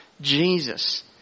jesus